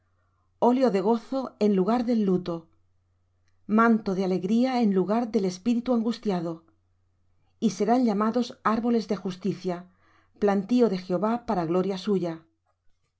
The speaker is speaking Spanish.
óleo de gozo en lugar del luto manto de alegría en lugar del espíritu angustiado y serán llamados árboles de justicia plantío de jehová para gloria suya